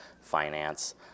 finance